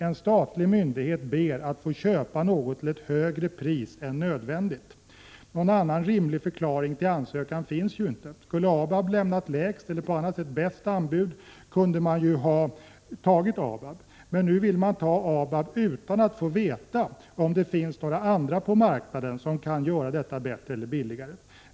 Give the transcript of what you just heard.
En statlig myndighet ber att få köpa något till ett högre pris än nödvändigt. Någon annan rimlig förklaring till ansökan finns ju inte. Skulle ABAB lämna lägst eller på annat sätt bäst anbud, kunde man ju ha tagit ABAB. Men nu vill man ta ABAB utan att få veta om det finns några andra på marknaden som kan göra detta bättre eller billigare.